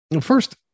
first